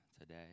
today